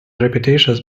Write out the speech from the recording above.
repetitious